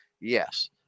Yes